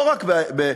לא רק בארץ-ישראל,